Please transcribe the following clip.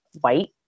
white